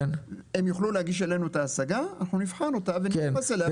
הם יוכלו להגיש אלינו את ההשגה ואנחנו נבחן אותה ונתייחס אליה.